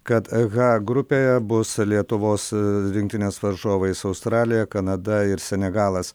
kad h grupėje bus lietuvos rinktinės varžovai su australija kanada ir senegalas